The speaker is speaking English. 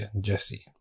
Jesse